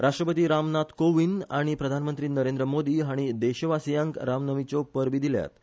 राष्ट्रपती राम नाथ कोवींद आनी प्रधानमंत्री नरेंद्र मोदी हांणी देशवासियांक रामनमीच्यो परबी दिल्यात